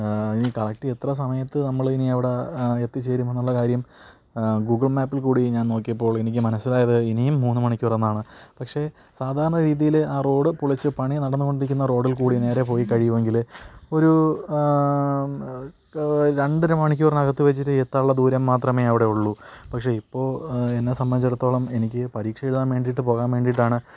ഇനി കറക്റ്റ് എത്ര സമയത്ത് നമ്മളിനി അവിടെ എത്തി ചേരുമെന്നുള്ള കാര്യം ഗൂഗിൾ മാപ്പിൽ കൂടി ഞാൻ നോക്കിയപ്പോളെനിക്ക് മനസ്സിലായത് ഇനിയും മൂന്ന് മണിക്കൂറെന്നാണ് പക്ഷേ സാധാരണ രീതീയിൽ ആ റോഡ് പൊളിച്ച് പണി നടന്നോണ്ടിരിക്കുന്ന റോഡിൽ കൂടി നേരെ പോയി കഴിയുമെങ്കിൽ ഒരു രണ്ടരമണിക്കൂറിനകത്ത് വച്ചിട്ട് എത്താനുള്ള ദൂരം മാത്രമേ അവിടെ ഉള്ളു പക്ഷേ ഇപ്പോൾ എന്നെ സംബന്ധിച്ചിടത്തോളം എനിക്ക് പരീക്ഷ എഴുതാൻ വേണ്ടീട്ട് പോകാൻ വേണ്ടീട്ടാണ്